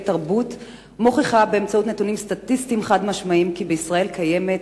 תרבות מוכיחה באמצעות נתונים סטטיסטיים חד-משמעיים כי בישראל קיימת